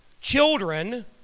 Children